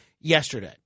yesterday